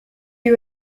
you